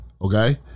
okay